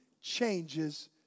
changes